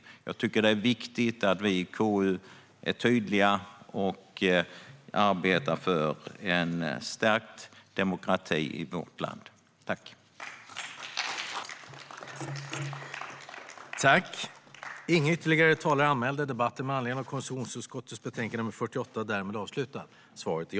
Jag tycker att det är viktigt att vi i KU är tydliga och arbetar för en stärkt demokrati i vårt land.